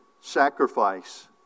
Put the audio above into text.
sacrifice